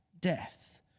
death